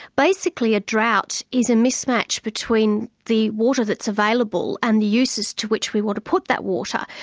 basically a drought is a mismatch between the water that's available and the uses to which we want to put that water.